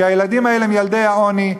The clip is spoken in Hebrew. כי הילדים האלה הם ילדי העוני,